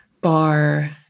bar